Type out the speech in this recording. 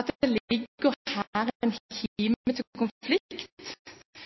at det her ligger en kime til konflikt. Hvis Wickholm tror at dette bare er